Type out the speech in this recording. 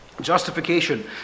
Justification